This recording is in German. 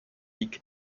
league